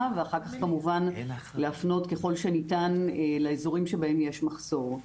ואחר כך כמובן להפנות ככל שניתן לאזורים שבהם יש מחסור.